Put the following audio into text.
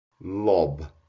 lob